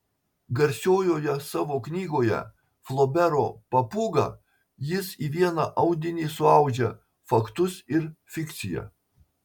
garsiojoje savo knygoje flobero papūga jis į vieną audinį suaudžia faktus ir fikciją